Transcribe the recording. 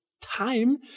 time